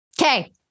Okay